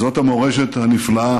זו המורשת הנפלאה